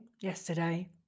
yesterday